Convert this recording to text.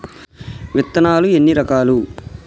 విత్తనాలు ఎన్ని రకాలు?